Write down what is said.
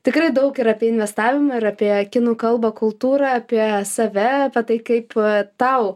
tikrai daug ir apie investavimą ir apie kinų kalbą kultūrą apie save apie tai kaip tau